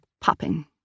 popping